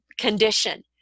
condition